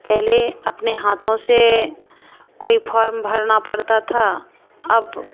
पहले अपने हाथों से कोई फॉर्म भरना पड़ता था अब